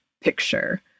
picture